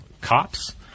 cops